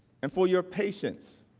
and for your patience